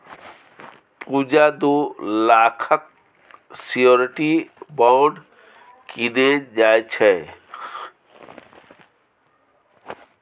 पुजा दु लाखक surety bond कीनय चाहै छै